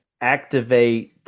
activate